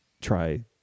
try